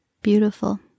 Beautiful